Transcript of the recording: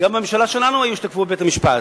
גם בממשלה שלנו היו שתקפו את בית-המשפט.